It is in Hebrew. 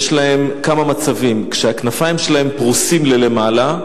יש להם כמה מצבים: כשהכנפיים שלהם פרוסות כלפי מעלה,